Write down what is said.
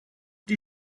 die